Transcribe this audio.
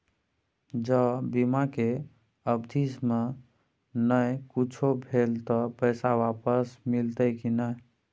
ज बीमा के अवधि म नय कुछो भेल त पैसा वापस मिलते की नय?